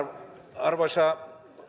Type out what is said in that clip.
arvoisa